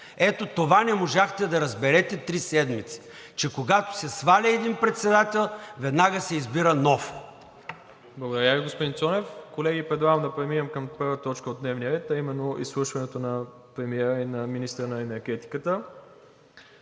Ето това не можахте да разберете три седмици – че когато се сваля един председател, веднага се избира нов. ПРЕДСЕДАТЕЛ МИРОСЛАВ ИВАНОВ: Благодаря Ви, господин Цонев. Колеги, предлагам да преминем към първа точка от дневния ред, а именно: изслушването на премиера и на министъра на енергетиката.